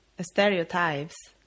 stereotypes